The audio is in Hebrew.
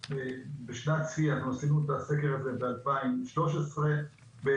בשנת צפייה עשינו את הסקר הזה ב-2013 וב-2014